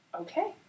okay